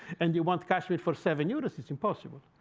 and you want cashmere for seven euros. it's impossible.